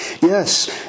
Yes